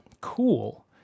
cool